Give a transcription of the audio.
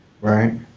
right